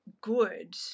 good